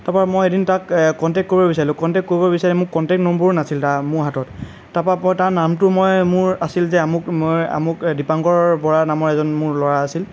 তাৰ পৰা এদিন মই তাক কণ্টেক কৰিব বিচাৰিলোঁ কণ্টেক কৰিব বিচাৰি মোৰ কণ্টেক নম্বৰো নাছিল তাৰ মোৰ হাতত তাৰ পৰা মই তাৰ নামটো মই মোৰ আছিল যে আমুক মই আমুক দিপাংকৰ বৰা নামৰ এজন মোৰ ল'ৰা আছিল